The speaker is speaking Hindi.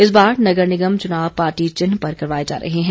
इस बार नगर निगम चुनाव पार्टी चिन्ह पर करवाए जा रहे हैं